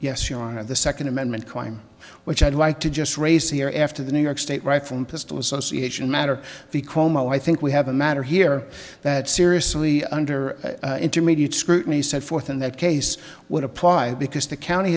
yes your honor the second amendment crime which i'd like to just raise here after the new york state right from pistol association matter we call mo i think we have a matter here that seriously under intermediate scrutiny set forth in that case would apply because the county